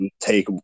take